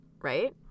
right